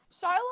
Shiloh